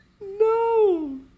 No